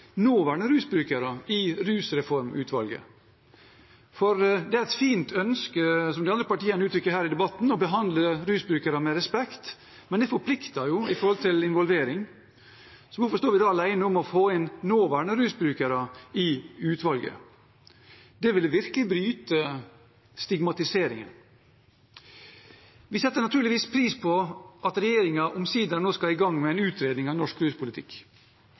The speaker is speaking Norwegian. nåværende rusbrukere i Rusreformutvalget. Det er et fint ønske, som de andre partiene uttrykker her i debatten, å behandle rusbrukere med respekt, men det forplikter med hensyn til involvering. Så hvorfor står vi da alene om å få nåværende rusbrukere inn i utvalget? Det ville virkelig bryte stigmatiseringen. Vi setter naturligvis pris på at regjeringen omsider skal i gang med en utredning av norsk ruspolitikk,